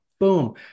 boom